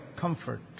comfort